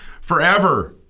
forever